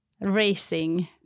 racing